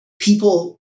people